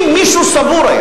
אם מישהו סבור היה